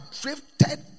drifted